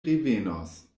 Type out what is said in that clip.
revenos